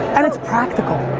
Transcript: and it's practical.